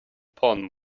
porn